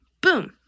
Boom